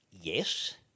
Yes